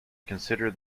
consider